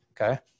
okay